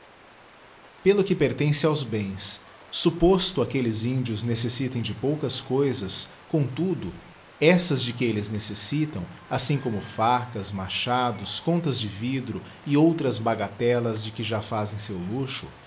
pelo que pentie aos bens suppoato aqulía índios necessitem de poucas coisas comtudo essas de digiti zedby google que elles necessitam assim como facas machados contas de vidro e outras bagatelas de que já fazem o seu luxo